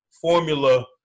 formula